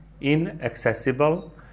inaccessible